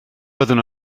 byddwn